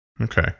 Okay